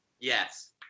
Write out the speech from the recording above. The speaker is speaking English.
Yes